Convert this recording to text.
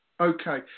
Okay